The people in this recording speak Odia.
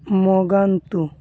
ମଗାନ୍ତୁ